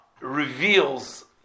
reveals